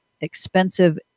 expensive